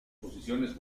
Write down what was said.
posiciones